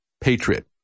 PATRIOT